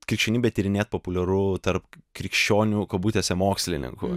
krikščionybę tyrinėt populiaru tarp krikščionių kabutėse mokslininkų